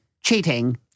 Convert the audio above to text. cheating